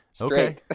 Okay